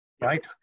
right